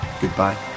goodbye